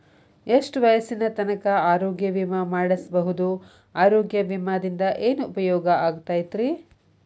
ಎಷ್ಟ ವಯಸ್ಸಿನ ತನಕ ಆರೋಗ್ಯ ವಿಮಾ ಮಾಡಸಬಹುದು ಆರೋಗ್ಯ ವಿಮಾದಿಂದ ಏನು ಉಪಯೋಗ ಆಗತೈತ್ರಿ?